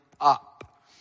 up